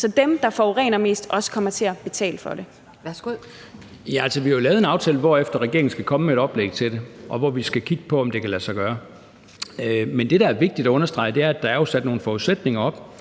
Kjærsgaard): Værsgo. Kl. 11:55 Kristian Thulesen Dahl (DF): Ja, altså, vi har jo lavet en aftale, hvorefter regeringen skal komme med et oplæg til det og vi skal kigge på, om det kan lade sig gøre. Men det, der er vigtigt at understrege, er, at der jo er sat nogle forudsætninger op,